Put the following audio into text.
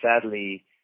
sadly